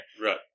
right